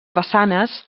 façanes